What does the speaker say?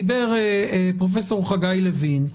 דיבר פרופ' חגי לוין,